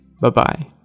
Bye-bye